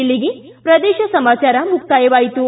ಇಲ್ಲಿಗೆ ಪ್ರದೇಶ ಸಮಾಚಾರ ಮುಕ್ತಾಯವಾಯಿತು